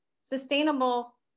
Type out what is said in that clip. sustainable